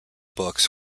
books